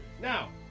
Now